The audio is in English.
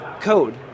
code